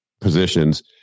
positions